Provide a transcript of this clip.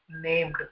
named